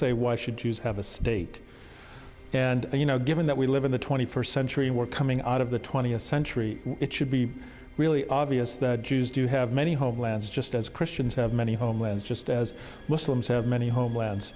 say why should jews have a state and you know given that we live in the twenty first century and we're coming out of the twentieth century it should be really obvious that jews do have many homelands just as christians have many homelands just as muslims have many homeland